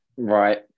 Right